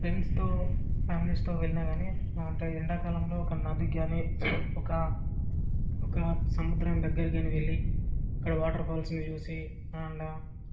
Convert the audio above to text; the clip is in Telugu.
ఫ్రెండ్స్తో ఫ్యామిలీస్తో వెళ్ళినా కానీ అంటే ఎండాకాలంలో ఒక నదికి గానీ ఒక ఒక సముద్రం దగ్గరికి కానీ వెళ్ళి అక్కడ వాటర్ ఫాల్స్ని చూసి అండ్